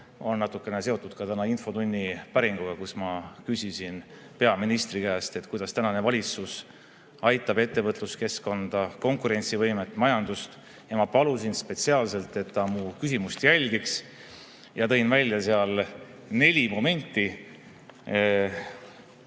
on natukene seotud ka tänase infotunni päringuga, kus ma küsisin peaministri käest, kuidas tänane valitsus aitab ettevõtluskeskkonda, konkurentsivõimet, majandust. Ma palusin spetsiaalselt, et ta mu küsimust jälgiks, ja tõin välja neli momenti,